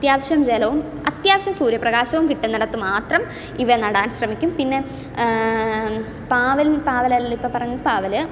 അത്യാവശ്യം ജലവും അത്യാവശ്യം സൂര്യപ്രകാശവും കിട്ടുന്നിടത്ത് മാത്രം ഇവ നടാൻ ശ്രമിക്കും പിന്നെ പാവൽ പാവൽ അല്ലല്ലോ ഇപ്പം പറഞ്ഞത് പാവൽ